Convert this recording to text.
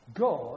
God